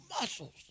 muscles